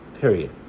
Period